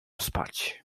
spać